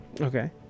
okay